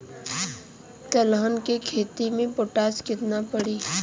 तिलहन के खेती मे पोटास कितना पड़ी?